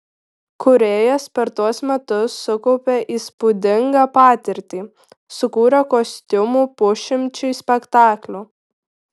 kūrėjas per tuos metus sukaupė įspūdingą patirtį sukūrė kostiumų pusšimčiui spektaklių